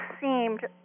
seemed